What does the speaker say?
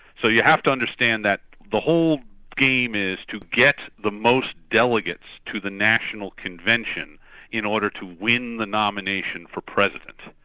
so you have to understand that the whole game is to get the most delegates to the national convention in order to win the nomination for president.